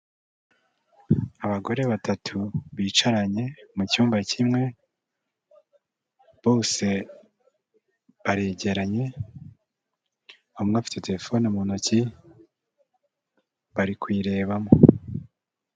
Abagore batatu bicaranye mu cyumba kimwe, bose baregeranye umwe afite terefone mu ntoki bari kuyirebamo.